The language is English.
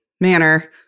manner